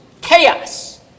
chaos